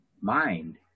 mind